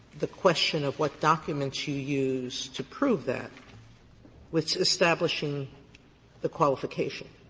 the question of what documents you use to prove that with establishing the qualification?